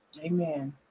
amen